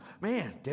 man